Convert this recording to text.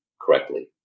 correctly